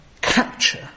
capture